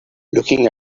looking